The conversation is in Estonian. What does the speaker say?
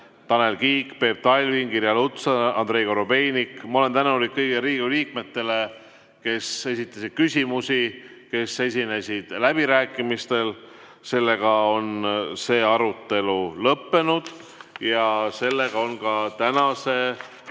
Tanel Kiik, Peep Talving, Irja Lutsar, Andrei Korobeinik – ja olen tänulik kõigile Riigikogu liikmetele, kes esitasid küsimusi, kes esinesid läbirääkimistel. See arutelu on lõppenud ja sellega on ka tänase